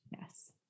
Yes